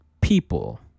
people